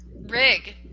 rig